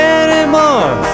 anymore